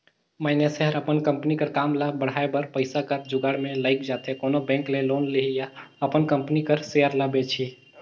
मइनसे हर अपन कंपनी कर काम ल बढ़ाए बर पइसा कर जुगाड़ में लइग जाथे कोनो बेंक ले लोन लिही या अपन कंपनी कर सेयर ल बेंचही